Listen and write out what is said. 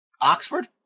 Oxford